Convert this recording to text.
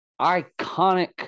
iconic